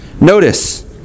Notice